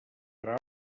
grau